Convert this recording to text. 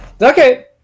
okay